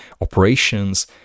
operations